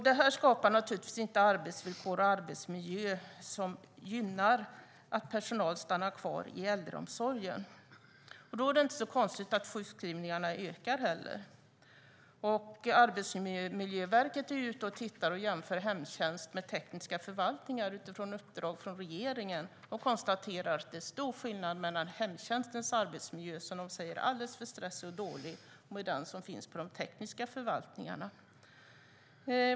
Det här skapar naturligtvis inte arbetsvillkor och arbetsmiljöer som gynnar att personal stannar kvar i äldreomsorgen. Då är det heller inte så konstigt att sjukskrivningarna ökar. Arbetsmiljöverket är ute och tittar och jämför hemtjänst med tekniska förvaltningar utifrån ett uppdrag från regeringen, och de konstaterar att det är stor skillnad mellan hemtjänstens arbetsmiljö, som de säger är alldeles för stressig och dålig, och den som finns på de tekniska förvaltningarna.